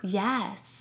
yes